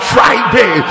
Friday